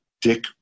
Dick